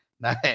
Nice